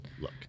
look